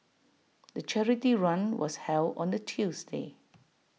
the charity run was held on A Tuesday